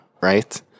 right